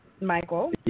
Michael